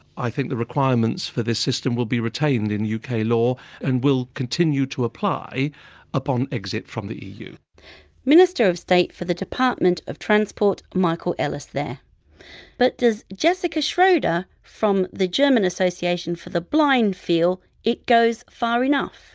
i think the requirements for this system will be retained in uk law and will continue to apply upon exit from the eu minister of state for the department of transport michael ellis there but does jessica schroder from the german association for the blind feel it goes far enough?